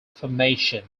formation